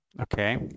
Okay